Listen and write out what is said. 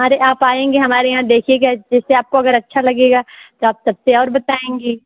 हां अरे आप आएँगे हमारे यहाँ देखिएगा जिससे आपको अगर अच्छा लगेगा तो आप सबसे और बताएँगी